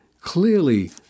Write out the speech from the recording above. Clearly